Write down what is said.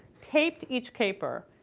taped each caper,